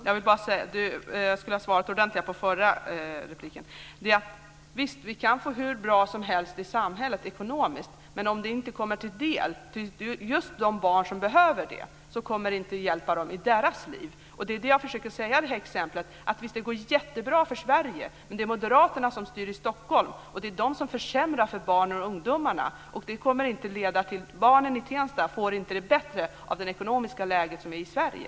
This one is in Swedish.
Fru talman! Jag skulle vilja svara mer ordentligt på den förra repliken. Visst, vi kan få det hur bra som helst i samhället ekonomiskt, men om det inte kommer just de barn som behöver det till del kommer det inte att hjälpa dem i deras liv. Det är det jag försöker säga med det här exemplet. Visst går det jättebra i Sverige. Men det är moderaterna som styr i Stockholm, och det är de som försämrar för barn och ungdomar. Barnen i Tensta får det inte bättre genom det ekonomiska läge som är i Sverige.